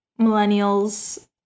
millennials